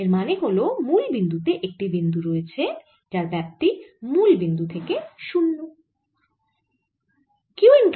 এর মানে হল মুল বিন্দু তে একটি বিন্দু আধান রয়েছে যার ব্যাপ্তি মুল বিন্দু থেকে 0